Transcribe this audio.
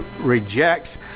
rejects